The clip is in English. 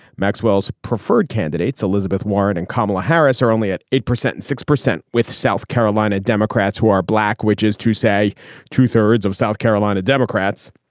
maxwell's preferred candidates elizabeth warren and kamala harris are only at eight percent and six percent with south carolina democrats who are black which is to say two thirds of south carolina democrats.